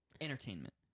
entertainment